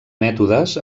mètodes